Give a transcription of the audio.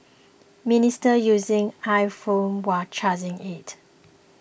minister using iPhone while charging it